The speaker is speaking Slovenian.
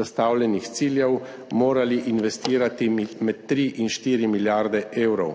zastavljenih ciljev morali investirati med 3 in 4 milijarde evrov.